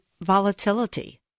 volatility